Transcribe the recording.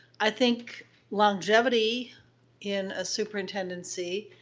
i think longevity in a superintendency